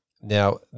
Now